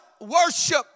worship